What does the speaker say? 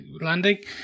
landing